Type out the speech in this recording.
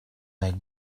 made